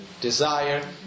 desire